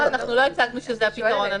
אנחנו אל הצגנו שזה הפתרון.